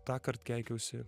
tąkart keikiausi